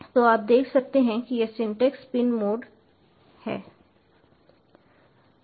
तो आप देख सकते हैं कि यह syntax pin mode pin mode है